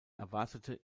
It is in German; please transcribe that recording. erwartete